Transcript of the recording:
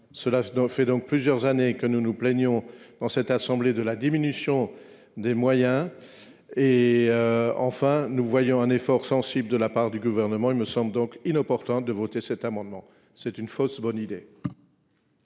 Cela fait plusieurs années que nous nous plaignons, dans cette assemblée, de la diminution des moyens. Enfin, nous voyons un effort sensible de la part du Gouvernement. Il me semble donc inopportun de voter cet amendement, qui est une fausse bonne idée.